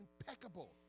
impeccable